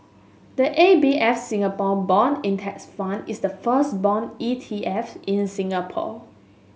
the A B F Singapore Bond Index Fund is the first bond E T F in Singapore